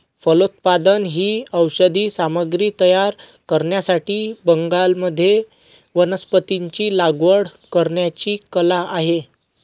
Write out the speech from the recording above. फलोत्पादन ही औषधी सामग्री तयार करण्यासाठी बागांमध्ये वनस्पतींची लागवड करण्याची कला आहे